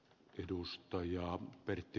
arvoisa puhemies